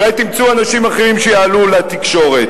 אולי תמצאו אנשים אחרים שיעלו לתקשורת.